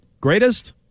Greatest